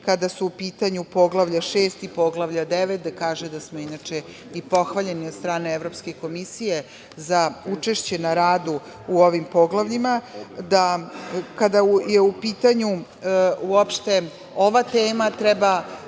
kada su u pitanju Poglavlje 6 i Poglavlje 9, a gde kaže da smo inače i pohvaljeni od strane Evropske komisije za učešće u radu u ovim poglavljima. Kada je u pitanju uopšte ova tema, treba